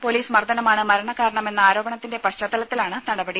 police മർദ്ദനമാണ് മരണ കാരണമെന്ന ആരോപണത്തിന്റെ പശ്ചാത്തലത്തിലാണ് നടപടി